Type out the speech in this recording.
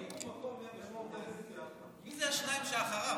אם הוא מקום 118, מי השניים שאחריו?